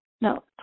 no